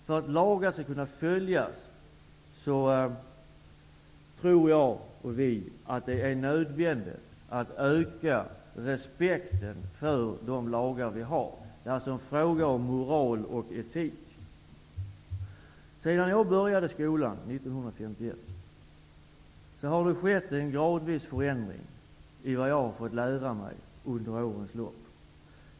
För att lagar skall kunna följas tror vi att det är nödvändigt att öka respekten för de lagar vi har. Det är alltså fråga om moral och etik. Sedan jag började skolan år 1951 har det skett en gradvis förändring, vilket jag har fått lära mig under årens lopp.